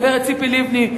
הגברת ציפי לבני,